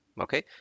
Okay